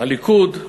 הליכוד,